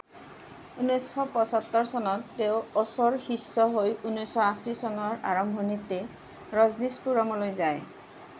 ঊনছশ পয়সত্তৰ চনত তেওঁ অছ'ৰ শিষ্য হৈ ঊনৈছশ আশী চনৰ আৰম্ভণিতে ৰজনীশপুৰমলৈ যায়